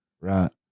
Right